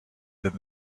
than